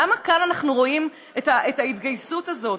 למה כאן אנחנו רואים את ההתגייסות הזאת?